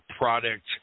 product